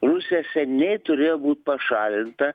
rusija seniai turėjo būt pašalinta